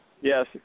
Yes